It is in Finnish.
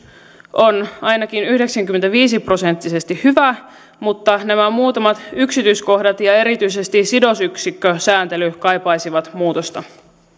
on ainakin yhdeksänkymmentäviisi prosenttisesti hyvä mutta nämä muutamat yksityiskohdat ja erityisesti sidosyksikkösääntely kaipaisivat muutosta